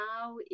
now